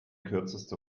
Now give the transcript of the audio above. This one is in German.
kürzeste